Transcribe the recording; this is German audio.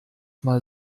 mal